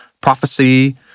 Prophecy